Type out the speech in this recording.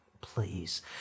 please